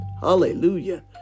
Hallelujah